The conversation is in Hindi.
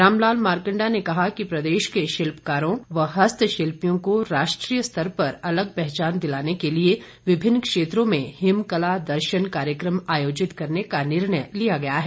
रामलाल मारकंडा ने कहा कि प्रदेश के शिल्पकारों व हस्तशिल्पियों को राष्ट्रीय स्तर पर अलग पहचान दिलाने के लिए विभिन्न क्षेत्रों में हिमकला दर्शन कार्यक्रम आयोजित करने का निर्णय लिया गया है